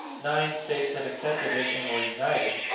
nine states had accepted it and were united,